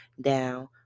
down